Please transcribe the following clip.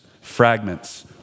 fragments